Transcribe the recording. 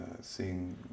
seeing